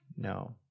No